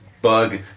Bug